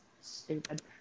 stupid